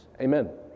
Amen